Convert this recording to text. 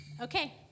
Okay